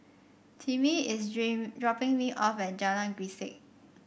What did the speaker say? Timmie is dream dropping me off at Jalan Grisek